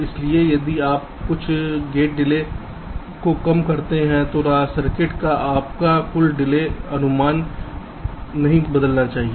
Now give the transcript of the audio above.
इसलिए यदि आप कुछ गेट डिले को कम करते हैं तो सर्किट का आपका कुल डिले अनुमान नहीं बढ़ना चाहिए